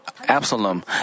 Absalom